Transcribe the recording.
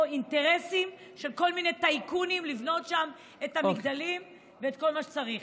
אינטרסים של כל מיני טייקונים לבנות שם את המגדלים ואת כל מה שצריך.